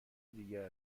دیگه